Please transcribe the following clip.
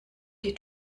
die